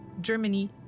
Germany